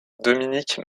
dominique